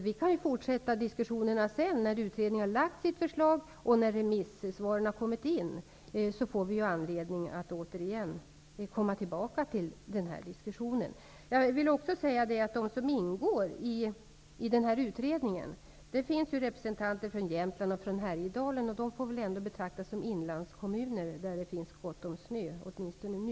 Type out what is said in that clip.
Vi kan ju fortsätta diskussionerna när utredningen har lagt sitt förslag och remissvaren har kommit in. Då får vi anledning att komma tillbaka till den här diskussionen. När det gäller vilka som ingår i utredningen vill jag säga att det finns representanter för Jämtland och Härjedalen, och dessa får väl ändå betraktas som Norrlands inland där det finns snö -- åtminstone nu.